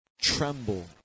Tremble